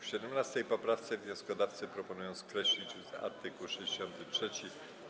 W 17. poprawce wnioskodawcy proponują skreślić art. 63.